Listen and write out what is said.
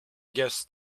guess